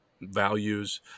values